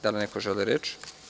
Da li neko želi reč?